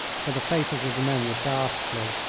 for the faces of the men were ghastly,